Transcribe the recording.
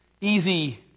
easy